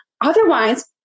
Otherwise